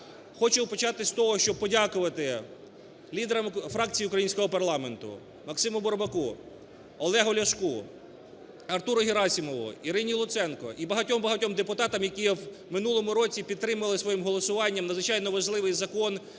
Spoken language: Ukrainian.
Хочу почати з того, щоб подякувати лідерам фракцій українського парламенту: МаксимуБурбаку, Олегу Ляшку, Артуру Герасимову, Ірині Луценко і багатьом-багатьом депутатам, які в минулому році підтримали своїм голосування надзвичайно важливий закон,